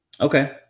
Okay